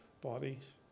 bodies